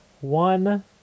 one